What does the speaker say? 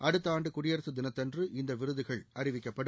அடுத்த ஆண்டு குடியரசு தனத்தன்று இந்த விருதுகள் அறிவிக்கப்படும்